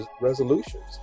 resolutions